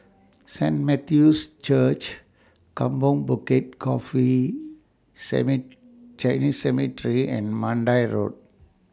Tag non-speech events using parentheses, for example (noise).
Saint Matthew's Church Kampong Bukit Coffee (unintelligible) Chinese Cemetery and Mandai Road